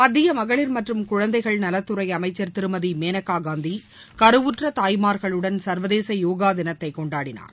மத்திய மகளிர் மற்றும் குழந்தைகள் நலத்துறை அமைச்சர் திருமதி மேனகா காந்தி கருவுற்ற தாய்மார்களுடன் சர்வதேச யோகா தினத்தை கொண்டாடினார்